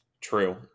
True